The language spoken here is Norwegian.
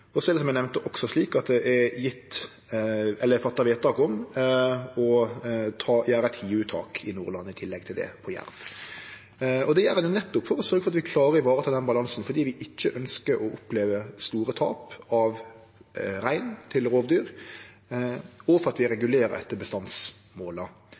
er, som eg nemnde, også slik at det er fatta vedtak om å gjere eit hiuttak i Nordland i tillegg til det på jerv. Det gjer vi nettopp for å sørgje for at vi klarer å vareta den balansen, fordi vi ikkje ønskjer å oppleve store tap av rein til rovdyr, og for at vi